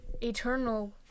eternal